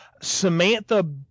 Samantha